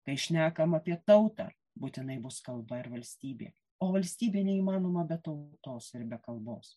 kai šnekam apie tautą būtinai bus kalba ir valstybė o valstybė neįmanoma be tautos ir be kalbos